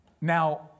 Now